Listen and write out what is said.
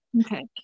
Okay